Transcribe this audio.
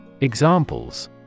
Examples